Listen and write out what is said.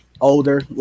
Older